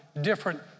different